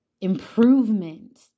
improvement